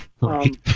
Right